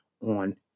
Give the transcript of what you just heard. on